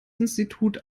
institut